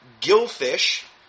gillfish